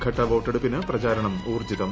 ഘട്ട വോട്ടെടുപ്പിന് പ്രചാരണം ഊർജ്ജിതം